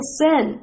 sin